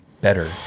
better